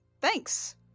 thanks